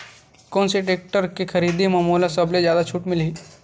कोन से टेक्टर के खरीदी म मोला सबले जादा छुट मिलही?